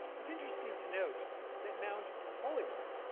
it's interesting to note that mount holyoke